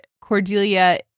Cordelia